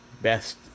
best